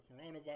coronavirus